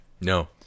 No